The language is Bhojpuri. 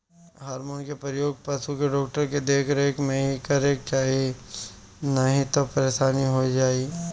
हार्मोन के प्रयोग पशु के डॉक्टर के देख रेख में ही करे के चाही नाही तअ परेशानी हो जाई